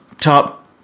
top